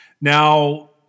Now